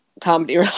comedy